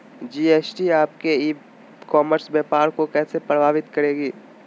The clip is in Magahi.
जी.एस.टी आपके ई कॉमर्स व्यापार को कैसे प्रभावित करेगी?